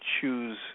choose